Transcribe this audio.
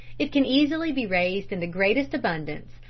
it can easily be raised in the greatest abundance,